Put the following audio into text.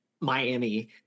Miami